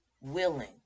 willing